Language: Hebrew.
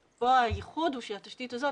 פה הייחוד הוא שהליכי התכנון של התשתית הזאת